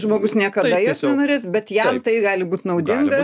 žmogus niekada jos nenorės bet jam tai gali būt naudinga